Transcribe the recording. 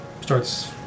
starts